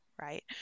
right